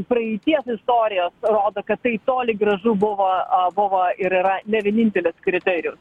praeities istorijos rodo kad tai toli gražu buvo buvo ir yra ne vienintelis kriterijus